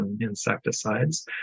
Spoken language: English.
insecticides